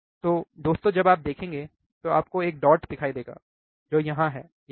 तो दोस्तों जब आप देखेंगे तो आपको एक डॉट दिखाई देगा जो यहाँ है यहीं है